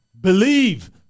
Believe